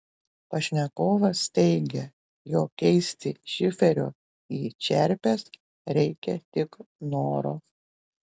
pašnekovas teigia jog keisti šiferio į čerpes reikia tik noro